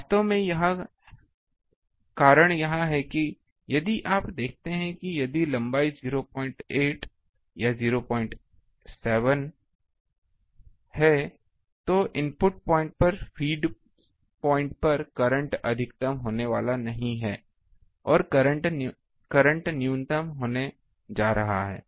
वास्तव में कारण यह है कि यदि आप देखते हैं कि यदि लंबाई 07 या 08 है तो इनपुट पॉइंट पर फ़ीड पॉइंट पर करंट अधिकतम होने वाला नहीं है और करंट न्यूनतम होने जा रहा है